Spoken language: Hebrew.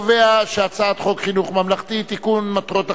את הצעת חוק חינוך ממלכתי (תיקון, מטרות החינוך),